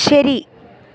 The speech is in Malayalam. ശരി